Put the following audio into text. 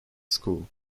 school